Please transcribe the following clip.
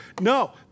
no